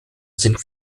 sind